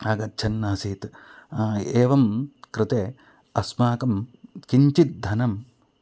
आगच्छन्नासीत् एवं कृते अस्माकं किञ्चित् धनम्